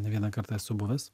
ne vieną kartą esu buvęs